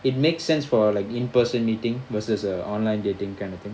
it makes sense for like in person meeting versus uh online dating kind of thing